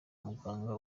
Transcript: muganga